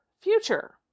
future